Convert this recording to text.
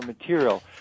material